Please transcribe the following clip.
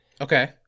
Okay